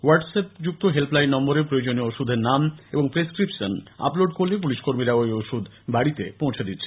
WhatsApp যুক্ত helpline নম্বরে প্রয়োজনীয় ওষুধের নাম ও প্রেসক্রিপশন আপলোড করলে পুলিশ কর্মীরা ঐ ওষুধ বাড়িতে পৌঁছে দেবেন